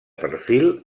perfil